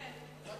יפה.